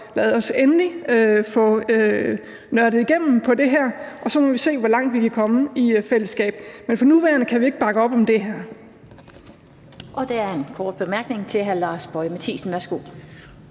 lad os endelig få nørdet igennem på det her, og så må vi se, hvor langt vi kan komme i fællesskab. Men for nuværende kan vi ikke bakke op om det her. Kl. 20:23 Den fg. formand (Annette Lind): Der er en kort bemærkning til hr. Lars Boje Mathiesen. Værsgo.